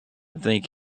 think